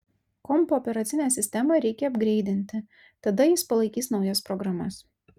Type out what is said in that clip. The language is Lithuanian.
kompo operacinę sistemą reikia apgreidinti tada jis palaikys naujas programas